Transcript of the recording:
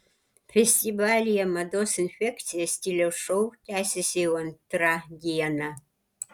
festivalyje mados infekcija stiliaus šou tęsiasi jau antrą dieną